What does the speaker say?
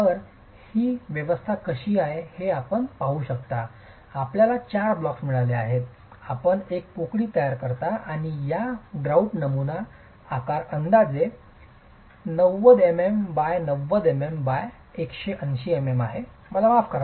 तर ही व्यवस्था कशी आहे हे आपण पाहू शकता आपल्याला चार ब्लॉक्स मिळाले आहेत आपण एक पोकळी तयार करता आणि या ग्रउट नमुनाचा आकार अंदाजे 90 mm x 90 mm x 180 mm आहे मला माफ करा